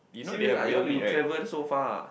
serious ah you want to travel so far